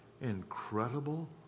incredible